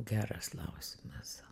geras klausimas